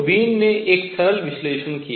तो वीन ने एक सरल विश्लेषण किया